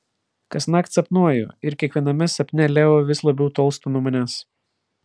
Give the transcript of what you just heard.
kasnakt sapnuoju ir kiekviename sapne leo vis labiau tolsta nuo manęs